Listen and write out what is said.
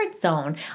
zone